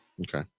Okay